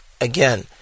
Again